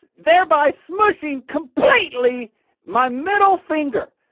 thereby smooshing completely my middle finger.